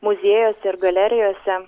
muziejuose ir galerijose